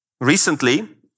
Recently